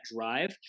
drive